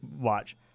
watch